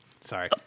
Sorry